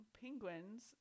Penguins